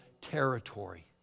territory